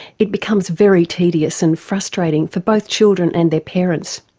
it becomes very tedious and frustrating for both children and their parents.